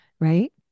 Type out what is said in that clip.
right